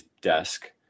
desk